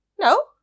No